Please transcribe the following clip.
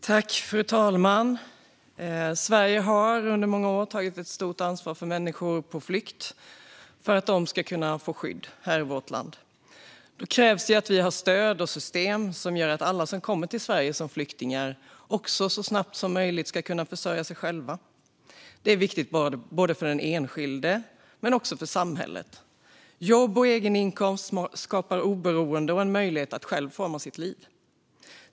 Fru talman! Sverige har under många år tagit ett stort ansvar så att människor på flykt ska kunna få skydd här i vårt land. Då krävs det att vi har stöd och system som gör att alla som kommer till Sverige som flyktingar så snabbt som möjligt ska kunna försörja sig själva. Det är viktigt för den enskilde men också för samhället. Jobb och egen inkomst skapar oberoende och en möjlighet att själv forma sitt liv.